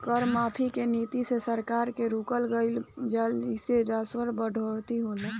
कर माफी के नीति से सरकार के रुकल कर मिल जाला जेइसे राजस्व में बढ़ोतरी होला